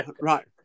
right